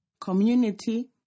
community